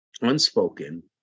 unspoken